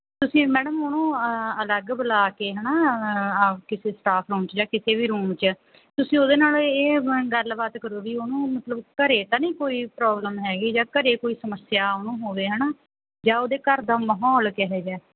ਤੁਸੀਂ ਮੈਡਮ ਉਹਨੂੰ ਅਲੱਗ ਬੁਲਾ ਕੇ ਹੈ ਨਾ ਅ ਕਿਸੇ ਸਟਾਫ ਰੂਮ 'ਚ ਜਾਂ ਕਿਸੇ ਵੀ ਰੂਮ 'ਚ ਤੁਸੀਂ ਉਹਦੇ ਨਾਲ ਇਹ ਗੱਲਬਾਤ ਕਰੋ ਵੀ ਉਹਨੂੰ ਮਤਲਬ ਘਰ ਤਾਂ ਨਹੀਂ ਕੋਈ ਪ੍ਰੋਬਲਮ ਹੈਗੀ ਜਾਂ ਘਰ ਕੋਈ ਸਮੱਸਿਆ ਉਹਨੂੰ ਹੋਵੇ ਹੈ ਨਾ ਜਾਂ ਉਹਦੇ ਘਰ ਦਾ ਮਾਹੌਲ ਕਿਹੋ ਜਿਹਾ